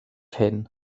hyn